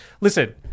Listen